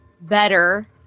better